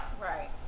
Right